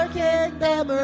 kingdom